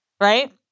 right